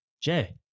Jay